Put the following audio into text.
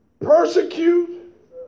persecute